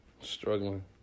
struggling